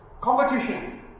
Competition